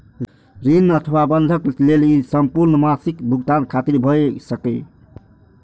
ऋण अथवा बंधक लेल ई संपूर्ण मासिक भुगतान खातिर भए सकैए